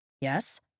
Yes